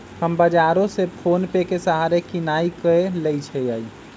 हम बजारो से फोनेपे के सहारे किनाई क लेईछियइ